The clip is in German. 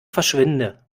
verschwinde